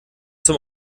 zum